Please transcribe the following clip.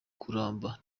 kuramba